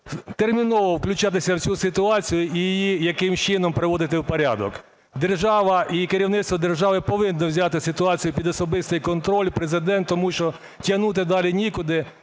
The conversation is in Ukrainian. терміново включатися в цю ситуацію і її якимось чином приводити в порядок. Держава і керівництво держави повинні взяти ситуацію під особистий контроль, Президент, тому що тягнути далі нікуди,